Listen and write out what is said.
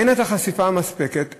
אין החשיפה המספקת,